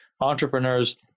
entrepreneurs